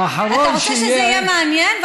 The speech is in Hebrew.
אתה רוצה שזה יהיה מעניין,